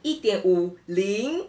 一点五零